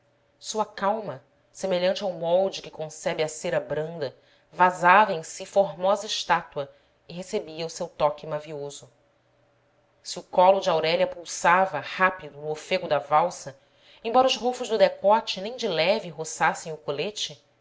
sua calma semelhante ao molde que concebe a cera branda vazava em si formosa estátua e recebia o seu toque mavioso se o colo de aurélia pulsava rápido no ofego da valsa embora os rofos do decote nem de leve roçassem o colete